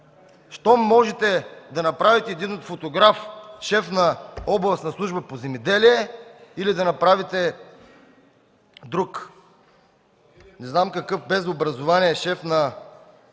Щом можете да направите един фотограф шеф на областна служба по земеделие или да направите друг – не знам какъв, шеф на